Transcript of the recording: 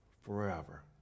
forever